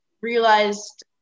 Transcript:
realized